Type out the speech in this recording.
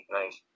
nice